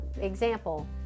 example